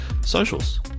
socials